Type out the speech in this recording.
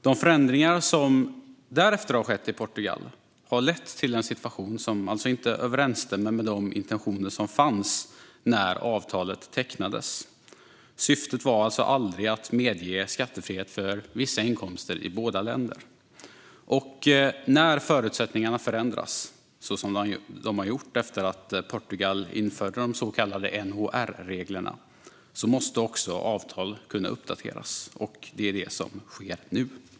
De förändringar som därefter har skett i Portugal har lett till en situation som alltså inte överensstämmer med de intentioner som fanns när avtalet tecknades. Syftet var aldrig att medge skattefrihet för vissa inkomster i båda länder. När förutsättningarna förändras, som de har gjort efter att Portugal införde de så kallade NHR-reglerna, måste också avtal kunna uppdateras. Det är det som sker nu.